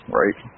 right